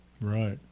Right